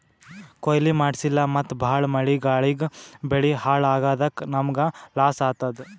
ಕೊಯ್ಲಿ ಮಾಡ್ಸಿಲ್ಲ ಮತ್ತ್ ಭಾಳ್ ಮಳಿ ಗಾಳಿಗ್ ಬೆಳಿ ಹಾಳ್ ಆಗಾದಕ್ಕ್ ನಮ್ಮ್ಗ್ ಲಾಸ್ ಆತದ್